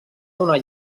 donar